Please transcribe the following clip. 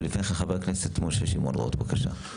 חבר הוועדה, חבר הכנסת משה שמעון רוט, בבקשה.